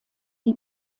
die